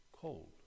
cold